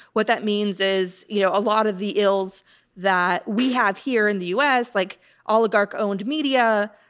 what that means is, you know, a lot of the ills that we have here in the us like oligarch owned media,